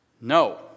No